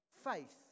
Faith